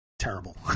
terrible